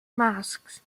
masks